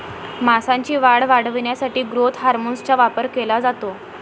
मांसाची वाढ वाढवण्यासाठी ग्रोथ हार्मोनचा वापर केला जातो